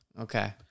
okay